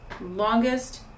longest